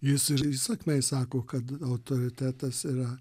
jis ir įsakmiai sako kad autoritetas yra